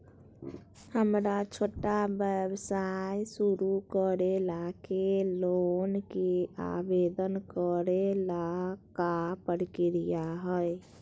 हमरा छोटा व्यवसाय शुरू करे ला के लोन के आवेदन करे ल का प्रक्रिया हई?